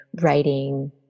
writing